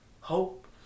hope